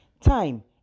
Time